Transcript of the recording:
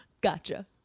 gotcha